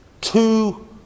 two